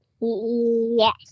Yes